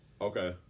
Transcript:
Okay